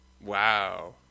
Wow